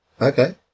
okay